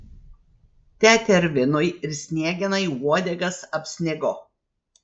tetervinui ir sniegenai uodegas apsnigo